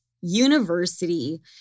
University